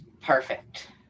perfect